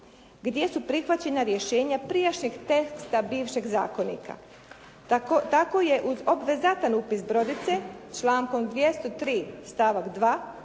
gdje su prihvaćena rješenja prijašnjeg teksta bivšeg zakonika. Tako je uz obvezatan upis brodice člankom 203. stavak 2.,